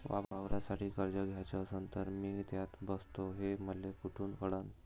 वावरासाठी कर्ज घ्याचं असन तर मी त्यात बसतो हे मले कुठ कळन?